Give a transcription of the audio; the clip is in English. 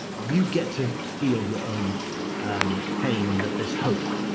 you get to feel your own um pain and that there's hope.